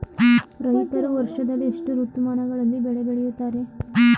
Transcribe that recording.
ರೈತರು ವರ್ಷದಲ್ಲಿ ಎಷ್ಟು ಋತುಮಾನಗಳಲ್ಲಿ ಬೆಳೆ ಬೆಳೆಯುತ್ತಾರೆ?